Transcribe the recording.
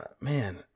man